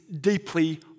deeply